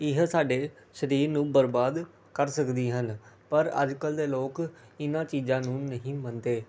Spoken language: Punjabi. ਇਹ ਸਾਡੇ ਸਰੀਰ ਨੂੰ ਬਰਬਾਦ ਕਰ ਸਕਦੀਆਂ ਹਨ ਪਰ ਅੱਜ ਕੱਲ੍ਹ ਦੇ ਲੋਕ ਇਹਨਾਂ ਚੀਜ਼ਾਂ ਨੂੰ ਨਹੀਂ ਮੰਨਦੇ